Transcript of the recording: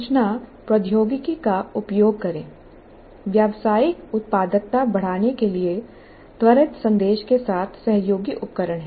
सूचना प्रौद्योगिकी का उपयोग करें व्यावसायिक उत्पादकता बढ़ाने के लिए त्वरित संदेश के साथ सहयोगी उपकरण हैं